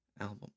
Album